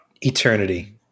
Eternity